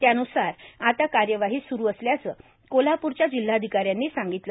त्यान्सार आता कार्यवाही सु्रू असल्याचे कोल्हाप्रच्या जिल्हाधिकाऱ्यांनी सांगितले